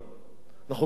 אנחנו קוראים לכל העמים.